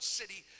city